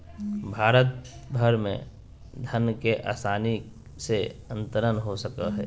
भारत भर में धन के आसानी से अंतरण हो सको हइ